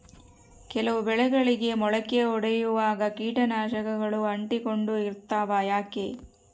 ಕೆಲವು ಬೆಳೆಗಳಿಗೆ ಮೊಳಕೆ ಒಡಿಯುವಾಗ ಕೇಟನಾಶಕಗಳು ಅಂಟಿಕೊಂಡು ಇರ್ತವ ಯಾಕೆ?